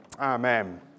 amen